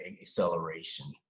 acceleration